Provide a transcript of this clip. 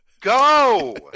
Go